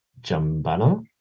jambana